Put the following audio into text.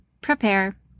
Prepare